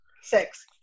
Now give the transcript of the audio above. six